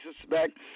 suspect